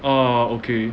uh okay